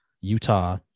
Utah